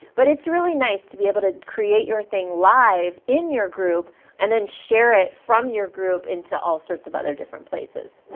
but it's really nice to be able to create your thing live in your group and then share it from your group into all sorts of other different places.